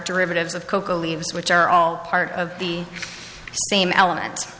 derivatives of coca leaves which are all part of the same element